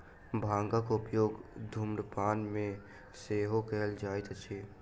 भांगक उपयोग धुम्रपान मे सेहो कयल जाइत अछि